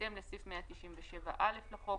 בהתאם לסעיף 197(א) לחוק,